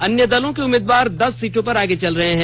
अन्य दलों के उम्मीदवार दस सीटों पर आगे चल रहे हैं